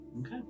Okay